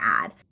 add